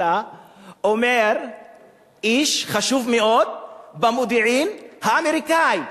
אלא אומר איש חשוב מאוד במודיעין האמריקני.